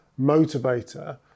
motivator